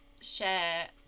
share